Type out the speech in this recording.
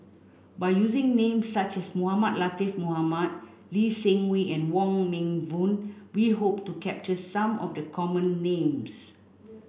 by using names such as Mohamed Latiff Mohamed Lee Seng Wee and Wong Meng Voon we hope to capture some of the common names